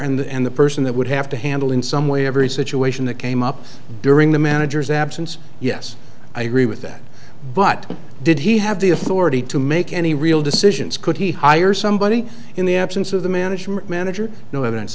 there and the person that would have to handle in some way every situation that came up during the manager's absence yes i agree with that but did he have the authority to make any real decisions could he hire somebody in the absence of the management manager no evidence